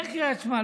אומר קריאת שמע,